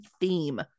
theme